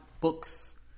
books